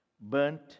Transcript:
Burnt